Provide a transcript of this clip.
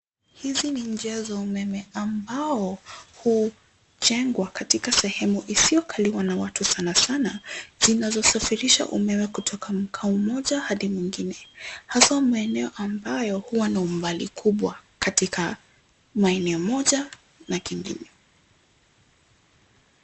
Hizi ni njia za umeme ambao hujengwa katika sehemu isiyokaliwa na watu sanasana zinazosafirisha umeme kutoka mkao mmoja hadi mwingine, haswa maeneo ambayo huwa na umbali kubwa katika maeneo moja na kingine.